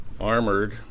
armored